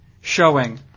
showing